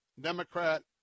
Democrat